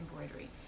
embroidery